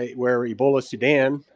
where ebola sudan,